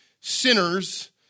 sinners